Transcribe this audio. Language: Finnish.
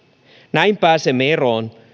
näin pääsemme eroon